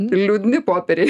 liūdni popieriai